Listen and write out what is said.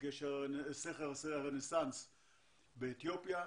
בסכר הרנסאנס באתיופיה.